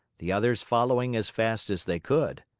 the others following as fast as they could.